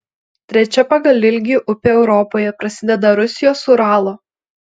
trečia pagal ilgį upė europoje prasideda rusijos uralo